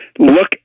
Look